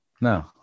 No